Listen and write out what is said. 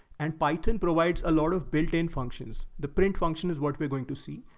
and python provides a lot of built in functions. the print function is what we're going to see,